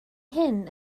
hyn